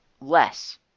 less